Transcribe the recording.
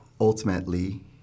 ultimately